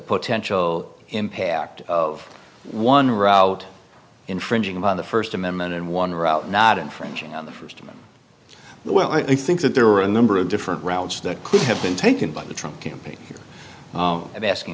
potential impact of one route infringing upon the first amendment and one route not infringing on the first amendment well i think that there are a number of different routes that could have been taken by the truck campaign of asking